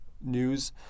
news